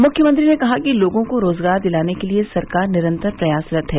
मुख्यमंत्री ने कहा कि लोगों को रोजगार दिलाने के लिये सरकार निरन्तर प्रयासरत है